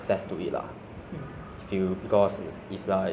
should be free lah so we can have all those good access